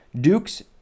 Dukes